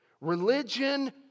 Religion